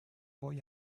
boy